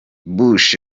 bush